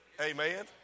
Amen